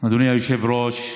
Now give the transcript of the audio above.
אדוני היושב-ראש,